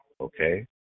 Okay